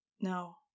No